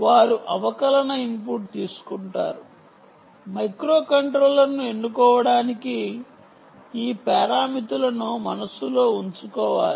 వారు అవకలన ఇన్పుట్ తీసుకుంటారు మైక్రోకంట్రోలర్ను ఎన్నుకోవటానికి ఈ పారామితులను మనస్సులో ఉంచుకోవాలి